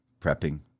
prepping